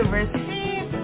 receive